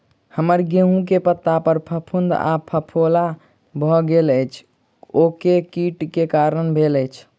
हम्मर गेंहूँ केँ पत्ता पर फफूंद आ फफोला भऽ गेल अछि, ओ केँ कीट केँ कारण भेल अछि?